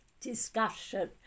discussion